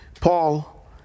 Paul